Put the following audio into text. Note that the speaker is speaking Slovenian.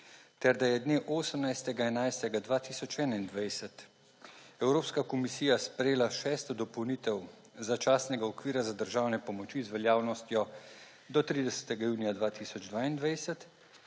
ter da je dne 18. 11. 2021 Evropska komisija sprejela šesto dopolnitev začasnega okvira za državne pomoči, z veljavnostjo do 30. junija 2022,